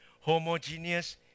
Homogeneous